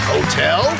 Hotel